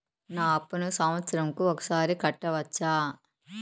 నా అప్పును సంవత్సరంకు ఒకసారి కట్టవచ్చా?